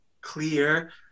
clear